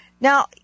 Now